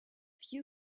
you